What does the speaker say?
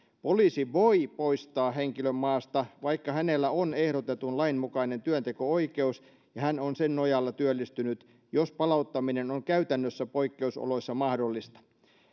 poliisi voi poistaa henkilön maasta vaikka hänellä on ehdotetun lain mukainen työnteko oikeus ja hän on sen nojalla työllistynyt jos palauttaminen on käytännössä poikkeusoloissa mahdollista